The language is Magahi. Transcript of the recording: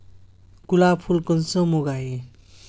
गुलाब फुल कुंसम उगाही?